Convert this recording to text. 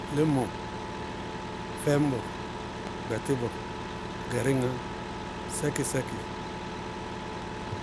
Lɩmɔ, fɛñbɔ, gbɛtɩbɔ, gɛrɩŋá, sɛkɩ-sɛkɩ.